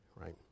right